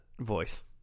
voice